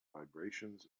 vibrations